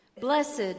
Blessed